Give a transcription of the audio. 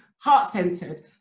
heart-centered